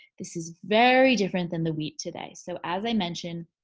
this is very different than the wheat today. so as i mentioned,